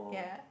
yeah